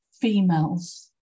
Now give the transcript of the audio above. females